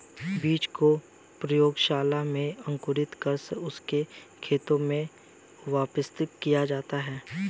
बीज को प्रयोगशाला में अंकुरित कर उससे खेतों में स्थापित किया जाता है